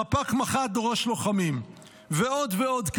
חפ"ק מח"ט דורש לוחמים, ועוד ועוד.